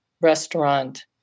restaurant